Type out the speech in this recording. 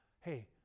hey